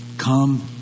Come